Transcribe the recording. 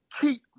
keep